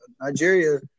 Nigeria